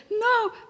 No